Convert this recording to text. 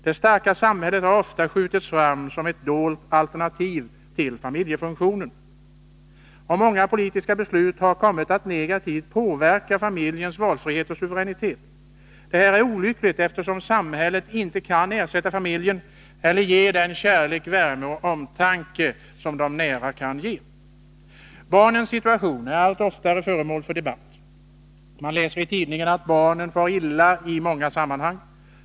Det starka samhället har oftast skjutits fram som ett dolt alternativ till familjefunktionen. Och många politiska beslut har kommit att negativt påverka familjernas valfrihet och suveränitet. Detta är olyckligt, eftersom samhället inte kan ersätta familjen eller ge den kärlek, värme och omtanke som de nära kan ge. Barnens situation är allt oftare föremål för debatt. Man läser i tidningarna att barnen far illa i många sammanhang.